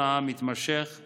לנוכח משבר הקורונה המתמשך,